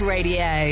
Radio